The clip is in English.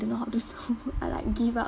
don't know how to do I like give up